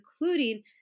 including